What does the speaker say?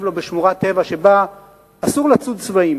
לו בשמורת טבע שבה אסור לצוד צבאים,